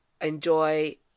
enjoy